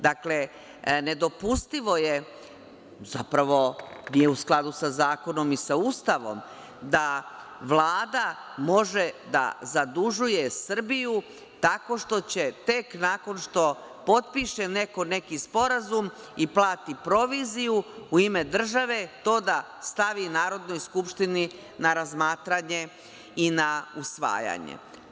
Dakle, nedopustivo je, zapravo nije u skladu sa zakonom ni sa Ustavom, da Vlada može da zadužuje Srbiju tako što će tek nakon što potpiše neko neki sporazum i plati proviziju, u ime države to da stavi Narodnoj skupštini na razmatranje i na usvajanje.